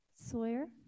Sawyer